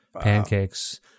pancakes